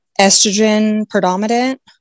estrogen-predominant